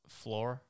floor